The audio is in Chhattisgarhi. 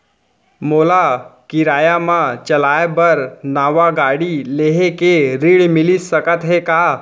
मोला किराया मा चलाए बर नवा गाड़ी लेहे के ऋण मिलिस सकत हे का?